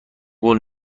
قول